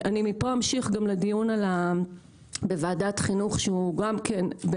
מפה אני אמשיך לדיון בוועדת חינוך שגם הוא,